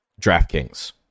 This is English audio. DraftKings